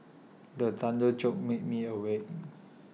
the thunder joke make me awake